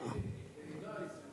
בין היתר מהסיבה הזאת,